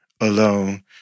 alone